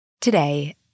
Today